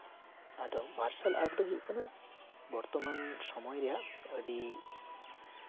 ᱟᱫᱚ martial art ᱫᱚ ᱦᱩᱭᱩᱜ ᱠᱟᱱᱟ ᱫᱚ ᱦᱩᱭᱩᱜ ᱠᱟᱱᱟ ᱵᱚᱨᱛᱚᱢᱟᱱ ᱥᱚᱢᱚᱭ ᱨᱮᱭᱟᱜ ᱟᱹᱰᱤ